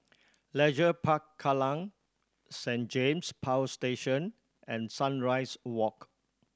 Leisure Park Kallang Saint James Power Station and Sunrise Walk